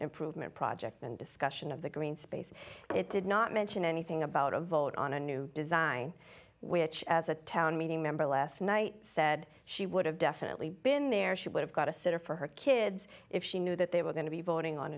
improvement project and discussion of the green space but it did not mention anything about a vote on a new design which as a town meeting member last night said she would have definitely been there she would have got a sitter for her kids if she knew that they were going to be voting on